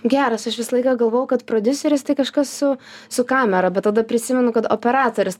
geras aš visą laiką galvojau kad prodiuseris tai kažkas su su kamera bet tada prisimenu kad operatorius